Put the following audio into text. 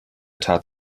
tat